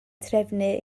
trefnu